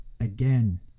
again